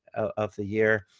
of the year.